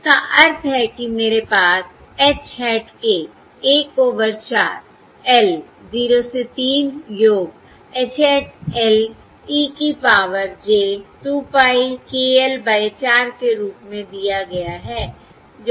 जिसका अर्थ है कि मेरे पास H hat k 1 over 4 l 0 से 3 योग H hat l e की power j 2 pie k l by 4 के रूप में दिया गया है